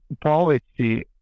policy